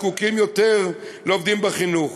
הזקוקים יותר לעובדים בחינוך,